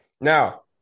Now